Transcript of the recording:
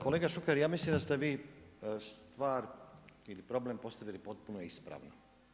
Kolega Šuker, ja mislim da ste vi stvar ili problem postavili potpuno ispravno.